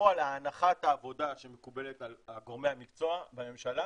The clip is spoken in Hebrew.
בפועל הנחת העבודה שמקובלת על גורמי המקצוע והממשלה,